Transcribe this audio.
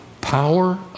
power